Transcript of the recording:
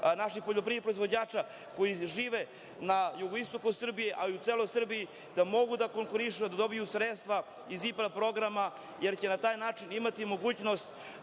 naših poljoprivrednih proizvođača koji žive na jugoistoku Srbije, a i u celoj Srbiji, da mogu da konkurišu da dobiju sredstva iz IPARD programa, jer će na taj način imati mogućnost